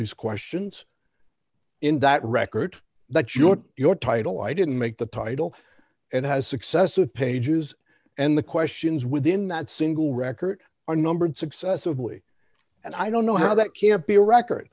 these questions in that record that your your title i didn't make the title and has successive pages and the questions within that single record are numbered successively and i don't know how that can be a record